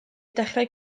dechrau